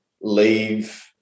leave